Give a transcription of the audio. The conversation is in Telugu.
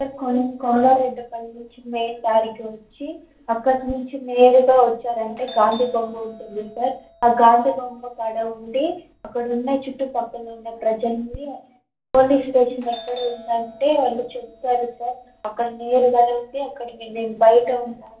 సార్ కొం కొంగారెడ్డి పల్లి నుంచి మెయిన్ దారికి వచ్చి అక్కడ నుంచి నేరుగా వచ్చారంటే గాంధీ బొమ్మ ఉంటుంది సార్ ఆ గాంధీ బొమ్మ కాడ ఉండి అక్కడున్న చుట్టుపక్కల ఉన్న ప్రజల్ని పోలీస్ స్టేషన్ ఎక్కడ ఉందంటే వాళ్ళు చెప్తారు సార్ అక్కడకి నేరుగా వెళ్తే అక్కడ మేము బయట ఉంటాము